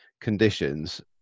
conditions